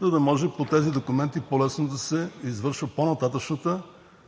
за да може по тези документи по лесно да се извършва по-нататъшната